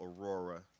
Aurora